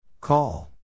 Call